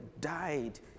died